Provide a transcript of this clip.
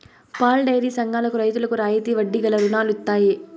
పాలడైరీ సంఘాలకు రైతులకు రాయితీ వడ్డీ గల రుణాలు ఇత్తయి